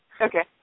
Okay